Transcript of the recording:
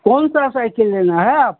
कौन सा साइकिल लेना है आपको